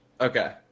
Okay